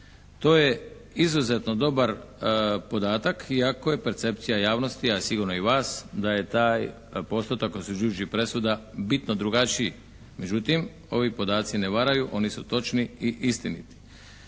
To je izuzetno dobar podatak, iako je percepcija javnosti, a sigurno i vas da je taj postotak osuđujućih presuda bitno drugačiji. Međutim, ovi podaci ne varaju, oni su točni i istiniti.